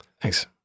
Thanks